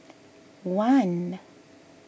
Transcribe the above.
one